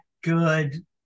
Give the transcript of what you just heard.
good